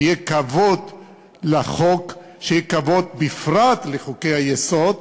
שיהיה כבוד לחוק, שיהיה כבוד בפרט לחוקי-היסוד,